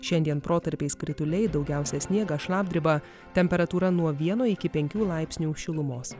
šiandien protarpiais krituliai daugiausia sniegas šlapdriba temperatūra nuo vieno iki penkių laipsnių šilumos